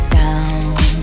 down